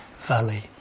Valley